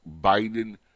biden